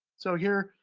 so here,